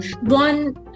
One